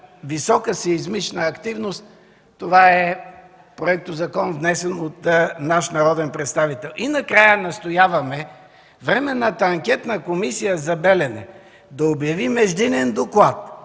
висока сеизмична активност. Това е проектозакон, внесен от наш народен представител. Накрая, настояваме Временната анкетна комисия за „Белене” да обяви междинен доклад